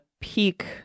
peak